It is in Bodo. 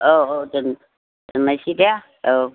औ औ दोन दोननोसै दे औ